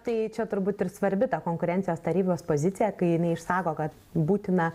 tai čia turbūt ir svarbi ta konkurencijos tarybos pozicija kai jinai išsako kad būtina